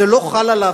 זה לא חל עליו.